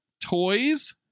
Toys